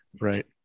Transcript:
Right